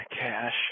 cash